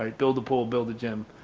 ah build a pool, build a gym,